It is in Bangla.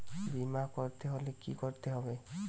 বিমা করতে হলে কি করতে হবে?